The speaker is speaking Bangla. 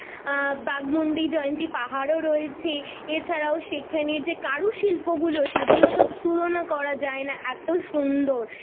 বাঘমুন্ডি জয়ন্তী পাহাড়ও রয়েছে এছাড়াও সেখানে যে কারুশিল্পগুলো সেগুলো তো তুলনা করা যায় না এত সুন্দর